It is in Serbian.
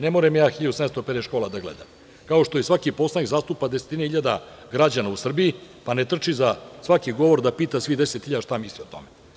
Ne moram ja 1750 škola da gledam, kao što i svaki poslanik zastupa desetine hiljada građana u Srbiji, pa ne trči za svaki govor da pita svih 10 hiljada šta misle o tome.